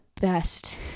best